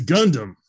Gundam